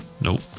Nope